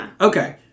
Okay